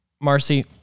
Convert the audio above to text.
Marcy